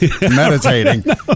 meditating